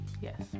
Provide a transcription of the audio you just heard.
Yes